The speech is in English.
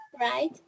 right